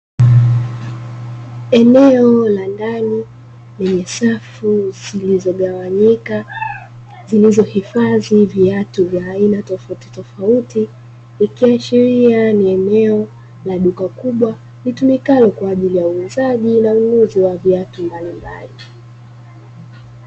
Eneo la ndani lenye safu zilizogwanyika zilizohifadhi bidhaa aina ya viatu vya aina tofautitofauti, ikiashiria kuwa ni eneo la duka kubwa litumikalo kwa ajili ya uuzaji na ununuzi wa viatu mbalimbali.